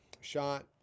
shot